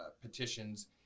petitions